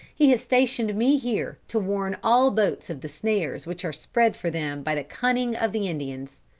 he has stationed me here to warn all boats of the snares which are spread for them by the cunning of the indians.